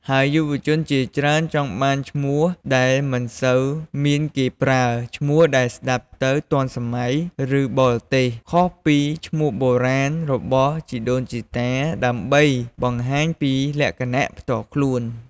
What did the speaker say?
ហើយយុវជនជាច្រើនចង់បានឈ្មោះដែលមិនសូវមានគេប្រើ ឈ្មោះដែលស្តាប់ទៅ ទាន់សម័យ ឬ បរទេស ខុសពីឈ្មោះបុរាណរបស់ជីដូនជីតា ដើម្បីបង្ហាញពីលក្ខណៈផ្ទាល់ខ្លួន។